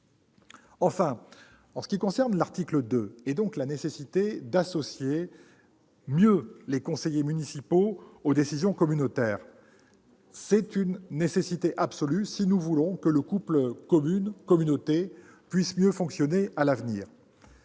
Enfin, en ce qui concerne l'article 2, mieux associer les conseillers municipaux aux décisions communautaires est une nécessité absolue si nous voulons que le couple commune-intercommunalité puisse mieux fonctionner à l'avenir.